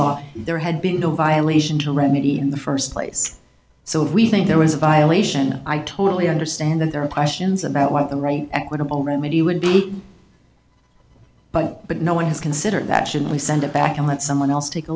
law there had been no violation to remedy in the first place so we think there was a violation i totally understand that there are questions about what the right equitable remedy would be but but no one has considered that should we send it back and let someone else take a